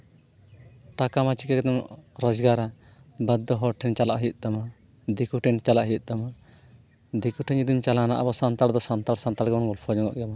ᱴᱟᱠᱟ ᱢᱟ ᱪᱤᱠᱟᱹ ᱠᱟᱛᱮᱢ ᱨᱳᱡᱽᱜᱟᱨᱟ ᱵᱟᱫᱽᱫᱷᱚ ᱦᱚᱲ ᱴᱷᱮᱱ ᱪᱟᱞᱟᱜ ᱦᱩᱭᱩᱜ ᱛᱟᱢᱟ ᱫᱤᱠᱩ ᱴᱷᱮᱱ ᱪᱟᱞᱟᱜ ᱦᱩᱭᱩᱜ ᱛᱟᱢᱟ ᱫᱤᱠᱩ ᱴᱷᱮᱱ ᱡᱩᱫᱤᱢ ᱪᱟᱞᱟᱣᱮᱱᱟ ᱟᱵᱚ ᱥᱟᱱᱛᱟᱲ ᱫᱚ ᱥᱟᱱᱛᱟᱲ ᱥᱟᱱᱛᱟᱲ ᱫᱚᱵᱚᱱ ᱜᱚᱞᱯᱷᱚ ᱡᱚᱝᱟᱜ ᱜᱮᱭᱟᱵᱚᱱ